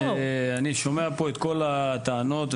אני שומע פה את כל הטענות.